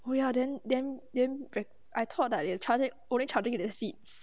oh ya then then then dra~ I thought ah it charging only charging at the seats